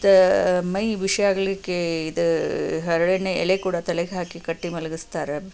ಮೈ ಬಿಸಿಯಾಗಲಿಕ್ಕೆ ಇದು ಹರಳೆಣ್ಣೆ ಎಲೆ ಕೂಡ ತಲೆಗೆ ಹಾಕಿ ಕಟ್ಟಿ ಮಲ್ಗಿಸ್ತಾರೆ